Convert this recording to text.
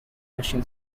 russian